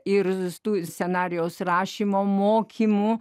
ir lustų ir scenarijaus rašymo mokymų